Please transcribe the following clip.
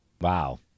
Wow